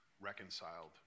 reconciled